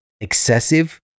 excessive